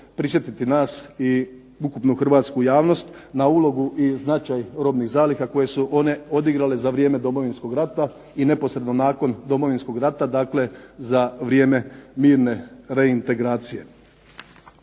prisjetiti nas i ukupnu hrvatsku javnost na ulogu i značaj robnih zaliha koje su one odigrale za vrijeme Domovinskog rata i neposredno nakon Domovinskog rata, dakle za vrijeme mirne reintegracije.